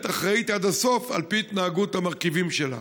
אחראית עד הסוף על פי התנהגות המרכיבים שלה.